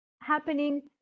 happening